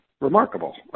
remarkable